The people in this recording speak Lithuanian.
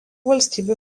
valstybių